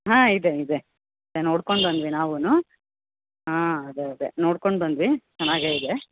ಹಾಂ ಇದೆ ಇದೆ ಅದೇ ನೋಡ್ಕೊಂಡು ಬಂದ್ವಿ ನಾವೂನು ಹಾಂ ಅದೇ ಅದೇ ನೋಡ್ಕೊಂಡು ಬಂದ್ವಿ ಚೆನ್ನಾಗೆ ಇದೆ